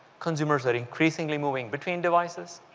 consumers are increasingly moving between devices,